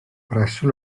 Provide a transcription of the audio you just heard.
presso